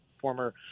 former